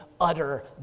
utter